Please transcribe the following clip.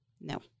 No